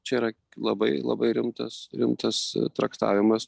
čia yra labai labai rimtas rimtas traktavimas